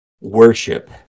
Worship